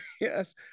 Yes